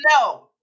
No